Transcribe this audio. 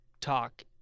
talk